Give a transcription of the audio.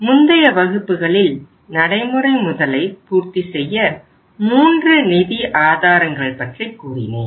முந்தைய வகுப்புகளில் நடைமுறை முதலை பூர்த்தி செய்ய 3 நிதி ஆதாரங்கள் பற்றி கூறினேன்